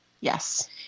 Yes